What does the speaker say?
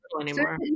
anymore